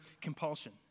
compulsion